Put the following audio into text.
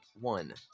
one